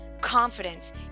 confidence